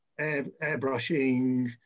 airbrushing